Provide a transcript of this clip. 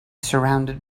surrounded